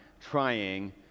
trying